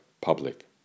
public